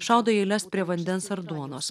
šaudo į eiles prie vandens ar duonos